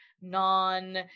non